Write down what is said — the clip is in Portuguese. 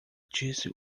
disse